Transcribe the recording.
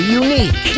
unique